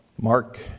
Mark